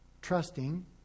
Trusting